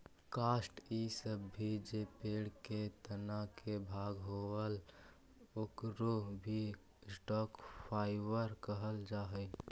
काष्ठ इ सब भी जे पेड़ के तना के भाग होवऽ, ओकरो भी स्टॉक फाइवर कहल जा हई